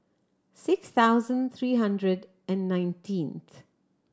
six thousand three hundred and nineteenth